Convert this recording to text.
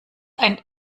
ein